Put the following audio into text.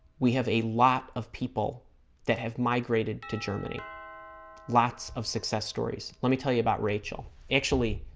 we have a lot of people that have migrated to germany lots of success stories let me tell you about rachel actually